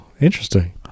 interesting